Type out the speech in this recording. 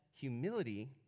humility